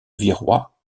virois